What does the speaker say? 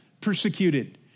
persecuted